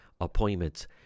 appointments